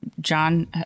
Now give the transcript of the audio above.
John